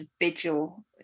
individual